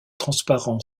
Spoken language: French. transparent